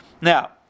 Now